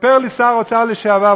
סיפר לי שר האוצר לשעבר,